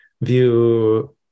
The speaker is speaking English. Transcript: view